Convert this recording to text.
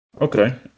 Okay